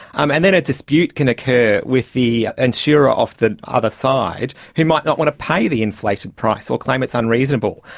um and then a dispute can occur with the insurer of the other side who might not want to pay the inflated price or claim it's unreasonable.